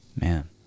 Man